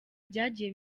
byagiye